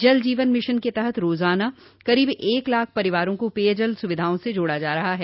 जल जीवन मिशन के तहत रोजाना करीब एक लाख परिवारों को पेयजल सुविधाओं से जोड़ा जा रहा है